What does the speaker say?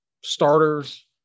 starters